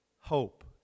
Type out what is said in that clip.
hope